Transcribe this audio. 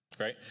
right